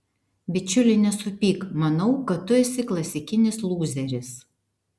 bičiuli nesupyk manau kad tu esi klasikinis lūzeris